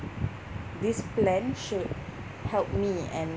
this plan should help me and